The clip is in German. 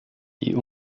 die